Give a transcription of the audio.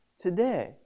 today